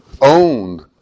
owned